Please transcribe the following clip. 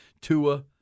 Tua